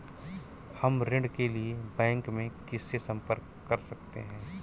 हम ऋण के लिए बैंक में किससे संपर्क कर सकते हैं?